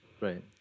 Right